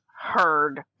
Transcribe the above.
heard